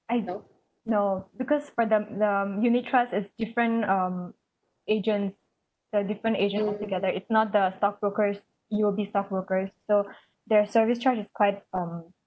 I know no because for them the unit trust is different um agent they're different agent altogether it's not the stockbrokers it'll be stockbrokers so their service charges quite um